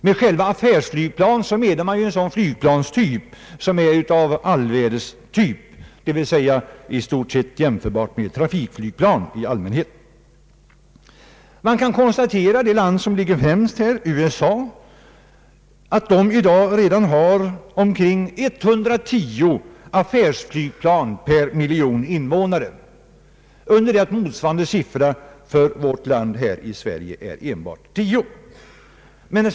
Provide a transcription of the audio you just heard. Med affärsflygplan menas ju ett flygplan av allväderstyp, d.v.s. i stort sett jämförbart med trafikflygplan i allmänhet. Det kan konstateras att det land som ligger främst på detta område, USA, i dag har omkring 110 affärsflygplan per en miljon invånare, medan motsvarande siffra för Sverige är enbart 10.